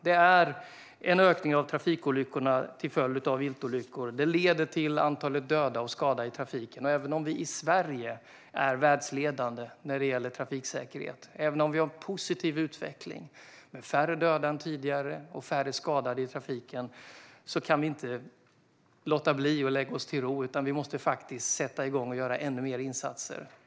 Det är en ökning av trafikolyckorna till följd av viltolyckor, och detta leder till ett antal döda och skadade i trafiken. Även om vi i Sverige är världsledande när det gäller trafiksäkerhet och även om vi har en positiv utveckling med färre döda och skadade i trafiken än tidigare kan vi inte slå oss till ro, utan vi måste sätta igång och göra ännu fler insatser.